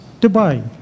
Dubai